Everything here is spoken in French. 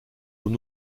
l’on